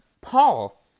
Paul